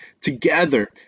together